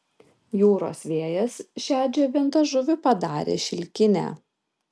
jūros vėjas šią džiovintą žuvį padarė šilkinę